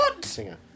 singer